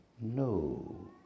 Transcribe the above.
No